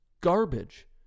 garbage